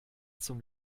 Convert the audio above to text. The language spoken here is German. zum